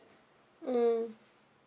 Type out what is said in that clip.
mm